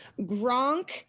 gronk